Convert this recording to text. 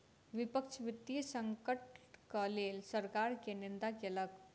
विपक्ष वित्तीय संकटक लेल सरकार के निंदा केलक